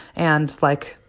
and, like,